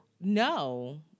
No